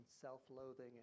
self-loathing